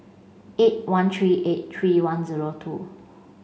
eight one three eight three one zero two